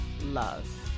love